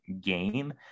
game